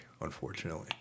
unfortunately